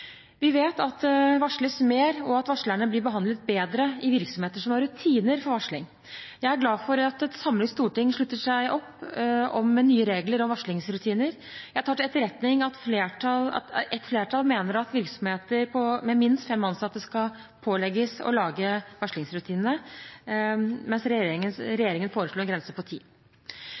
Vi vet at det varsles mer, og at varslerne blir behandlet bedre i virksomheter som har rutiner for varsling. Jeg er glad for at et samlet storting slutter opp om nye regler om varslingsrutiner. Jeg tar til etterretning at et flertall mener at virksomheter med minst fem ansatte skal pålegges å lage varslingsrutiner. Regjeringen foreslo en grense på